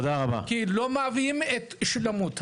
כי לא מביאים את שלמות המשפחה,